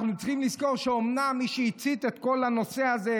אנחנו צריכים לזכור שמי שהצית את כל הנושא הזה,